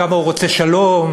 כמה הוא רוצה שלום,